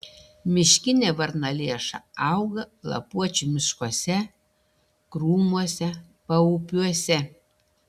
miškinė varnalėša auga lapuočių miškuose krūmuose paupiuose